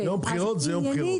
יום בחירות זה יום בחירות.